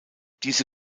diese